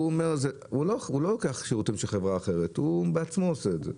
הוא לא לוקח שירותים מחברה אחרת אלא הוא בעצמו עושה את זה.